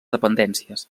dependències